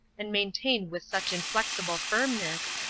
and maintain with such inflexible firmness,